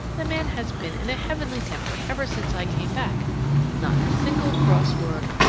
the man has been in a heavenly temper ever since i came back not a single cross word.